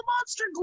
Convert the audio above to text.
monster